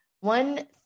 one